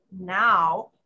now